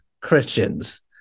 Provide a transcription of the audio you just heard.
Christians